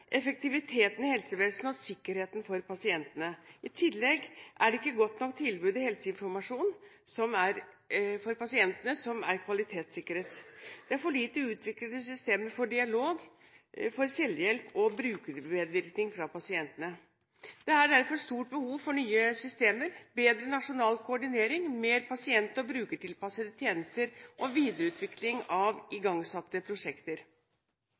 effektiviteten i helsevesenet og sikkerheten for pasientene. I tillegg er det ikke godt nok tilbud om helseinformasjon for pasienten som er kvalitetssikret. Det er for lite utviklede systemer for dialog, selvhjelp og brukermedvirkning for pasienter. Det er derfor stort behov for nye systemer, bedre nasjonal koordinering, mer pasient- og brukertilpassede tjenester og videreutvikling av igangsatte prosjekter.